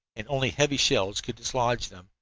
and only heavy shells could dislodge them.